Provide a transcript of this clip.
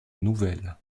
nouvelle